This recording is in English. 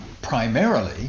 primarily